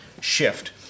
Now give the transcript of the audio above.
shift